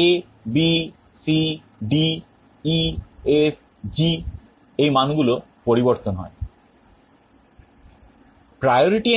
A B C D E F G এই মানগুলো পরিবর্তন হয়